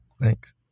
Thanks